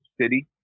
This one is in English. city